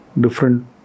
different